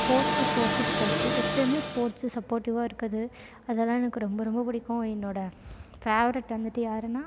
force sports sports எப்போயுமே sports சப்போர்ட்டிவாக இருக்குது அதை தான் எனக்கு ரொம்ப ரொம்ப பிடிக்கும் என்னோடய ஃபேவரட் வந்துவிட்டு யாருன்னா